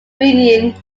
reunion